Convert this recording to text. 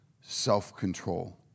self-control